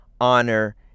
honor